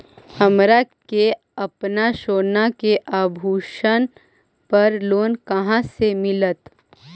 हमरा के अपना सोना के आभूषण पर लोन कहाँ से मिलत?